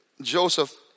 Joseph